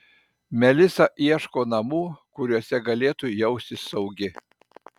melisa ieško namų kuriuose galėtų jaustis saugi